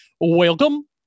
welcome